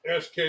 SK